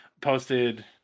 posted